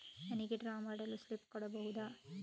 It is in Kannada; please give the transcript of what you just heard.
ನನಿಗೆ ಡ್ರಾ ಮಾಡಲು ಸ್ಲಿಪ್ ಕೊಡ್ಬಹುದಾ?